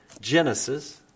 Genesis